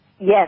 Yes